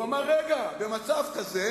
והוא אמר: רגע, במצב כזה,